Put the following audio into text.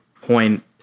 point